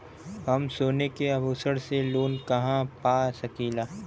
हम सोने के आभूषण से लोन कहा पा सकीला?